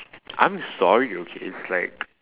I'm sorry okay it's like